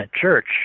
Church